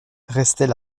restait